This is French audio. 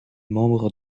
membre